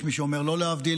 יש מי שאומר לא להבדיל,